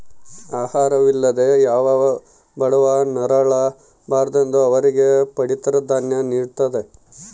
ಆಹಾರ ವಿಲ್ಲದೆ ಯಾವ ಬಡವ ನರಳ ಬಾರದೆಂದು ಅವರಿಗೆ ಪಡಿತರ ದಾನ್ಯ ನಿಡ್ತದ